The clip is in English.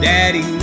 Daddy